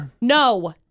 No